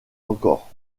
encore